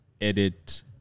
edit